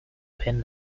pen